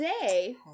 Today